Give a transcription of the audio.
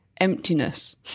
emptiness